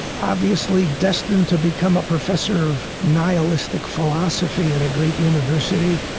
obviously destined to become a professor of nihilistic philosophy at a great university,